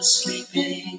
sleeping